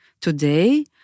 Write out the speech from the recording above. today